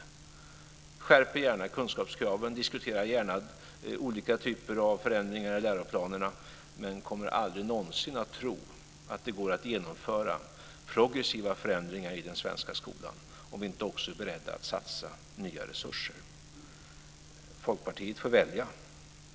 Vi skärper gärna kunskapskraven och diskuterar gärna olika typer av förändringar i läroplanerna, men vi kommer aldrig någonsin att tro att det går att genomföra progressiva förändringar i den svenska skolan om vi inte också är beredda att satsa nya resurser. Folkpartiet får välja.